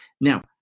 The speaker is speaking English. Now